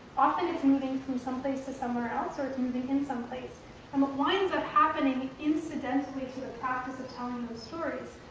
often it's moving from someplace to somewhere else, or it's moving in someplace. and what winds up happening, incidentally, to the practice of telling those stories,